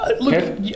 Look